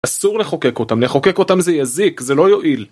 אסור לחוקק אותם, לחוקק אותם זה יזיק, זה לא יועיל